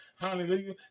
Hallelujah